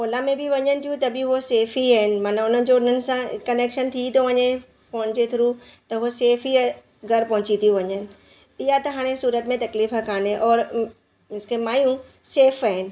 ओला में बि वञनि थियूं त बि उहा सेफ ई आहिनि माना उन्हनि जो उन्हनि सां कनैक्शन थी थो वञे फ़ोन जे थ्रू त उहा सेफ ई आहे घरु पहुची थी वञनि इहा त हाणे सूरत में तकलीफ़ कोन्हे और उ मींस खे माइयूं सेफ आहिनि